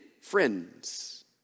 friends